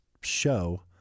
show